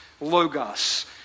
logos